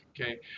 okay